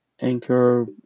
anchor